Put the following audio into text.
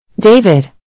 David